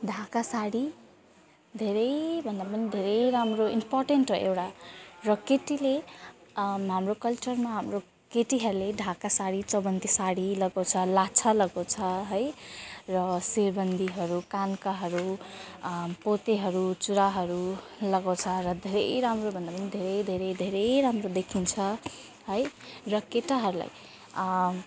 ढाका साडी धेरैभन्दा पनि धेरै राम्रो इम्पोर्टेन्ट हो एउटा र केटीले हाम्रो कल्चरमा हाम्रो केटीहरूले ढाका साडी चौबन्दी साडी लगाउँछ लाछा लगाउँछ है र सिरबन्दीहरू कानकाहरू पोतेहरू चुराहरू लगाउँछ र धेरै राम्रोभन्दा पनि धेरै धेरै धेरै राम्रो देखिन्छ है र केटाहरूलाई